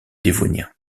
dévonien